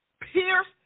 pierce